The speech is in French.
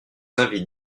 invite